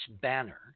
banner